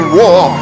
war